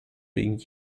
being